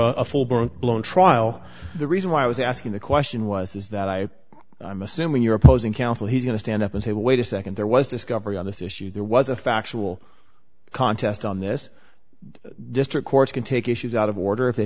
full blown trial the reason why i was asking the question was is that i i'm assuming you're opposing counsel he's going to stand up and say wait a nd there was discovery on this issue there was a factual contest on this district courts can take issues out of order if they